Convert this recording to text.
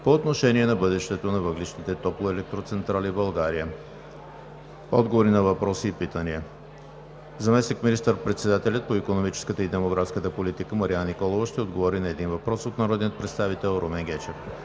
по отношение на бъдещето на въглищните топлоелектрически централи в България. 2. Отговори на въпроси и питания: - заместник министър-председателят по икономическата и демографската политика Марияна Николова ще отговори на един въпрос от народния представител Румен Гечев;